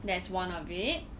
that's one of it